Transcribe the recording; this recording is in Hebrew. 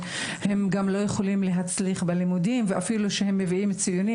הם גם לא יכולים להצליח בלימודים ואפילו שהם מביאים ציונים,